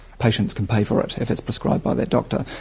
patients can pay for it if it's prescribed by their doctor.